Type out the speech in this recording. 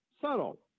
subtle